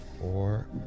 four